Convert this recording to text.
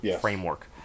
Framework